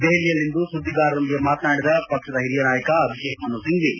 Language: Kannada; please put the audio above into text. ದೆಹಲಿಯಲ್ಲಿಂದು ವರದಿಗಾರರೊಂದಿಗೆ ಮಾತನಾಡಿದ ಪಕ್ಷದ ಹಿರಿಯ ನಾಯಕ ಅಭಿಷೇಕ್ ಮನು ಸಿಂಫ್ಟಿ